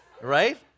right